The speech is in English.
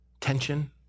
tension